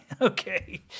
Okay